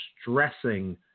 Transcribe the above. stressing